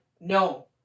no